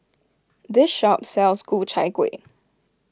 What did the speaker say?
this shop sells Ku Chai Kuih